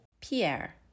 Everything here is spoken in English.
Pierre